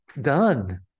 Done